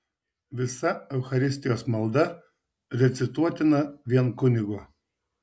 visa eucharistijos malda recituotina vien kunigo